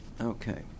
okay